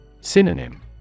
Synonym